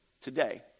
today